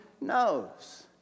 knows